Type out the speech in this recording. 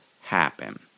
happen